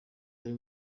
yari